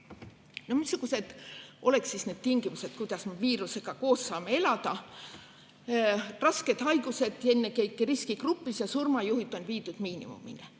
Missugused oleksid siis need tingimused, kuidas saaksime viirusega koos elada? Rasked haigused ennekõike riskigrupis ja surmajuhud on viidud miinimumini.